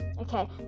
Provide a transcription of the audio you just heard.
okay